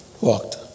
walked